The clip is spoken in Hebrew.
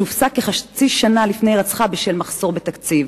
שהופסק כחצי שנה לפני הירצחה בשל מחסור בתקציב.